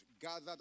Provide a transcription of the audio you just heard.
gathered